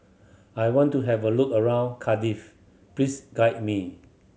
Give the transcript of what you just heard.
I want to have a look around Cardiff please guide me